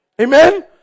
Amen